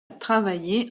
travaillé